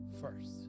first